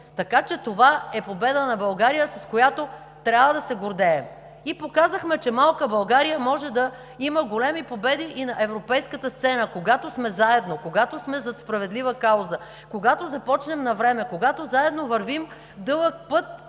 София. Това е победа на България, с която трябва да се гордеем и показахме, че малка България може да има големи победи и на европейската сцена, когато сме заедно, когато сме зад справедлива кауза, когато започнем навреме, когато заедно вървим дълъг път,